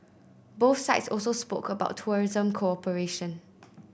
both sides also spoke about tourism cooperation